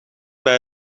bij